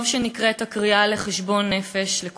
טוב שנקראת הקריאה לחשבון נפש לכולנו.